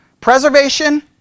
Preservation